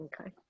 Okay